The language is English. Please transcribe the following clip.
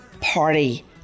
party